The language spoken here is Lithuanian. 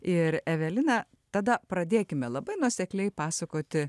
ir evelina tada pradėkime labai nuosekliai pasakoti